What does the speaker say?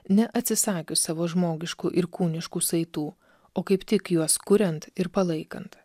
neatsisakius savo žmogiškų ir kūniškų saitų o kaip tik juos kuriant ir palaikant